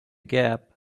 gap